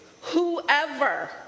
whoever